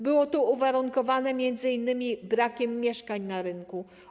Było to uwarunkowane m.in. brakiem mieszkań na rynku.